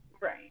right